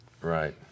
Right